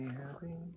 happy